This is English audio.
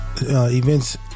Events